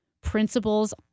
principles